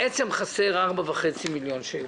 בעצם חסרים 4.5 מיליון שקלים.